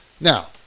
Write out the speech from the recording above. Now